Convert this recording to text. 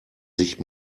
sich